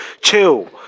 chill